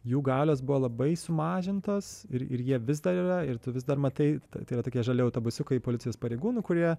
jų galios buvo labai sumažintos ir ir jie vis dar yra ir tu vis dar matai tai yra tokie žali autobusiukai policijos pareigūnų kurie